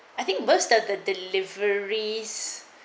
I think burst the deliveries